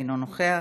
אינו נוכח,